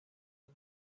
aim